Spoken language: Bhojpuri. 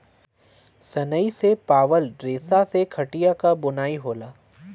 सनई से पावल रेसा से खटिया क बुनाई होला